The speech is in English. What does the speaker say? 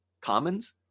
commons